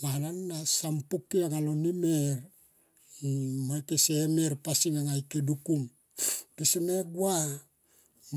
Mana na som poke alo nemer mo ike se mer pasing anga ike dukum kese gua